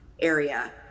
area